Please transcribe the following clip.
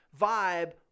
vibe